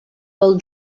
pel